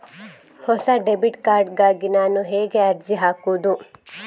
ಹೊಸ debit card ಗಾಗಿ ನಾನು ಹೇಗೆ ಅರ್ಜಿ ಹಾಕುದು?